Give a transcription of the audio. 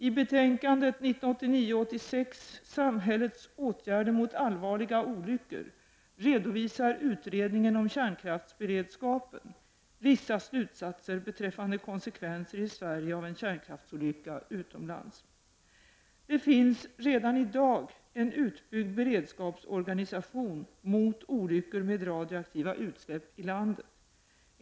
I betänkandet , Samhällets åtgärder mot allvarliga olyckor, redovisar utredningen om kärnkraftsberedskapen vissa slutsatser beträffande konsekvenser i Sverige av en kärnkraftsolycka utomlands. Det finns redan i dag en utbyggd beredskapsorganisation mot olyckor med radioaktiva utsläpp i landet.